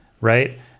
right